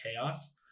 chaos